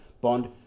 bond